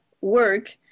work